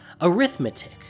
Arithmetic